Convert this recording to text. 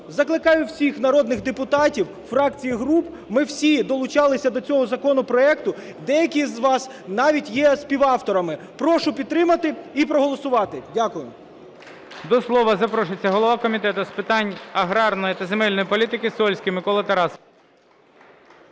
закликаю всіх народних депутатів фракцій і груп, ми всі долучалися до цього законопроекту, деякі з вас навіть є співавторами, прошу підтримати і проголосувати. Дякую. ГОЛОВУЮЧИЙ. До слова запрошується голова Комітету з питань аграрної та земельної політики Сольський Микола Тарасович.